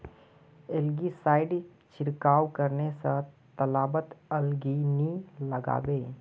algae side छिड़काव करने स तालाबत एलगी नी लागबे